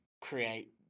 create